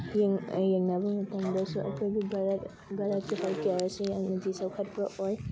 ꯌꯦꯡꯅꯕ ꯃꯇꯝꯗꯁꯨ ꯑꯩꯈꯣꯏꯒꯤ ꯚꯥꯔꯠ ꯚꯥꯔꯠꯀꯤ ꯍꯦꯜꯊ ꯀꯦꯌꯔꯁꯦ ꯌꯥꯝꯅꯗꯤ ꯆꯥꯎꯈꯠꯄ ꯑꯣꯏ